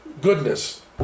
goodness